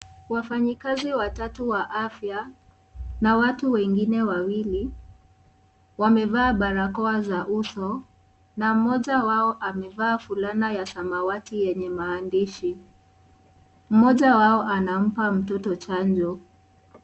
Wafanyikazi watatu wa afya na watu wengine wawii wamevaa barakoa za uso na mmoja wao amevaa fulana ya samawati yenye maandishi. Mmoja wao anampa mtoto chanjo.